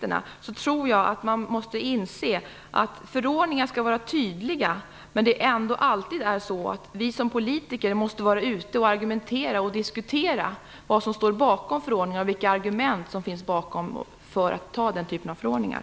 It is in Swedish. Förordningar skall vara tydliga, men man måste inse att vi som politiker måste vara ute och diskutera de argument som ligger bakom den här typen av förordningar.